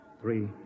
three